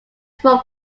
from